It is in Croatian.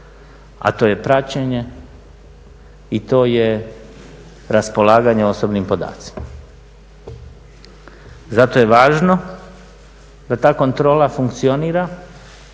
a to je praćenje i to je raspolaganje osobnim podacima. Zato je važno da ta kontrola funkcionira,